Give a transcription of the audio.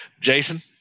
Jason